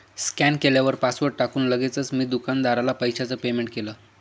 scan केल्यावर password टाकून लगेचच मी दुकानदाराला पैशाचं पेमेंट केलं